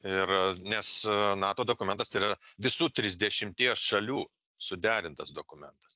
ir nes nato dokumentas tai yra visų trisdešimties šalių suderintas dokumentas